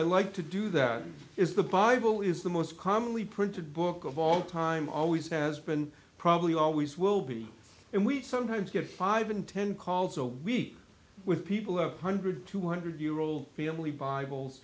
i like to do that is the bible is the most commonly printed book of all time always has been probably always will be and we sometimes get five and ten calls a week with people who are hundred two hundred year old family bibles